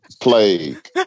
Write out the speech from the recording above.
plague